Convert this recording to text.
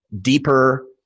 deeper